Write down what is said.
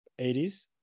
80s